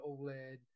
oled